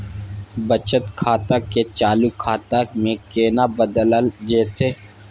बचत खाता के चालू खाता में केना बदलल जेतै?